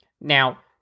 Now